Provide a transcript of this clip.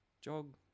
jog